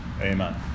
Amen